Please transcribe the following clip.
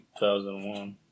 2001